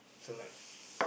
so like